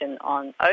on